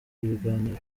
ibiganiro